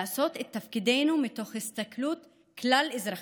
לעשות את תפקידנו מתוך הסתכלות כלל-אזרחית.